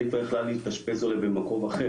תקווה יכלה להתאשפז אולי במקום אחר.